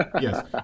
Yes